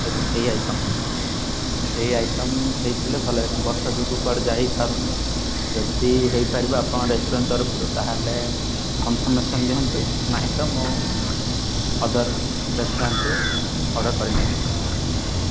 ଏଇ ଆଇଟମ୍ ଏଇ ଆଇଟମ୍ ହେଇଥିଲେ ଭଲ ହେଇଥାନ୍ତା ବର୍ଷା ଯୋଗୁଁ କୁଆଡ଼େ ଯାଇପାରୁନି ଯଦି ହେଇପାରିବ ଆପଣ ରେଷ୍ଟୁରାଣ୍ଟ ତରଫରୁ ତାହେଲେ କନଫର୍ମେସନ୍ ଦିଅନ୍ତୁ ନାହିଁ ତ ମୁଁ ଅଦର ରେଷ୍ଟୁରାଣ୍ଟକୁ ଅର୍ଡ଼ର କରି ନେବି